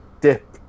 dip